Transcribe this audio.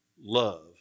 love